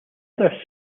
other